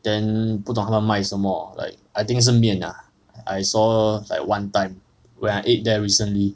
then 不懂它们卖什么 like I think 是面 ah I saw like one time when I ate there recently